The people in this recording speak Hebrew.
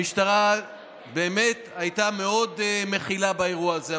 המשטרה באמת הייתה מאוד מכילה באירוע הזה.